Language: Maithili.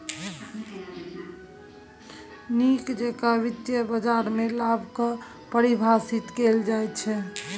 नीक जेकां वित्तीय बाजारमे लाभ कऽ परिभाषित कैल जाइत छै